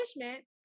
punishment